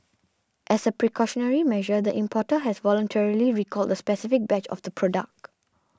as a precautionary measure the importer has voluntarily recalled the specific batch of the product